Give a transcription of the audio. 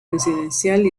residencial